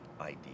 idea